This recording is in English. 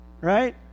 Right